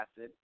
acid